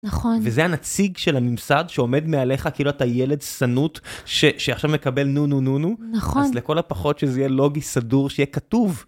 נכון וזה הנציג של הממסד שעומד מעליך כאילו אתה ילד סנוט שעכשיו מקבל נו נו נו נו נכון לכל הפחות שזה יהיה לוגי סדור שיהיה כתוב.